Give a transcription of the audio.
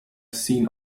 seen